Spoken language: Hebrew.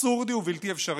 אבסורדי ובלתי אפשרי.